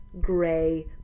gray